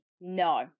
No